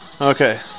Okay